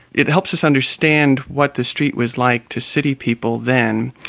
it helps us understand what the street was like to city people then,